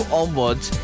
onwards